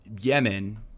Yemen